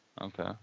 Okay